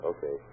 Okay